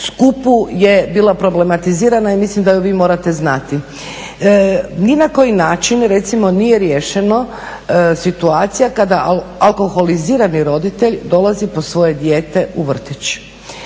skupu je bila problematizirana i mislim da je vi morate znati. Ni na koji način recimo nije riješena situacija kada alkoholizirani roditelj dolazi po svoje dijete u vrtić.